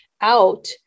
out